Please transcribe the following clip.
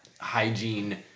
hygiene